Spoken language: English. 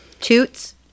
Toots